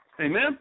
Amen